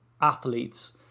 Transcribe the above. athletes